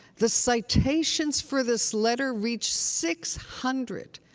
the citations for this letter reached six hundred.